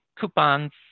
coupons